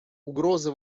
угрозы